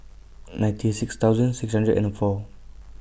ninety six thousand six hundred and four